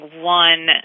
one